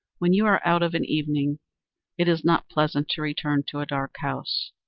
when you are out of an evening it is not pleasant to return to a dark house.